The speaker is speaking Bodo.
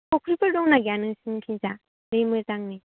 फख्रिफोर दंना गैया नोंसिनिथिंजा दै मोजांनि